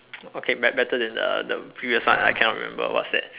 okay but better than the the previous one I cannot remember what's that